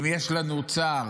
אם יש לנו צער